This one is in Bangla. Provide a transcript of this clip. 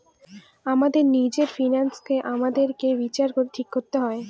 আমাদের নিজের ফিন্যান্স আমাদেরকে বিচার করে ঠিক করতে হয়